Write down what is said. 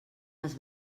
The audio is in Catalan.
les